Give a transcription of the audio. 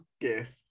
Yes